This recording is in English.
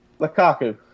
Lukaku